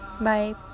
bye